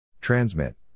Transmit